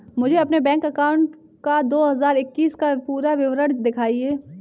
मुझे अपने bank account का दो हज़ार इक्कीस का पूरा विवरण दिखाएँ?